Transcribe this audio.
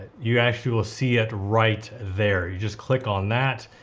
you actually will see it right there. you just click on that,